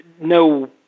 no